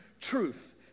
truth